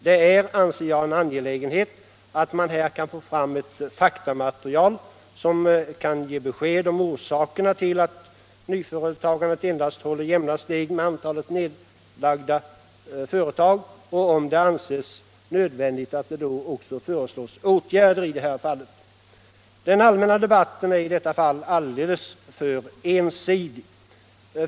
Det är, anser jag, angeläget att man här kan få fram ett faktamaterial som kan ge besked om orsakerna till att nyföretagandet endast håller jämna steg med antalet nedlagda företag, och om det anses nödvändigt att föreslå åtgärder i detta fall. Den allmänna debatten är här alldeles för ensidig.